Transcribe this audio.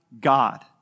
God